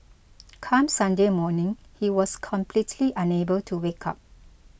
come Sunday morning he was completely unable to wake up